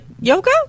yoga